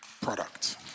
product